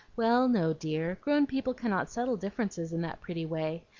well, no, dear grown people cannot settle differences in that pretty way.